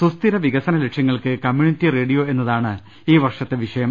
സുസ്ഥിര വികസന ലക്ഷ്യങ്ങൾക്ക് കമ്മ്യൂണിറ്റി റേഡിയോ എന്നതാണ് ഈ വർഷത്തെ വിഷയം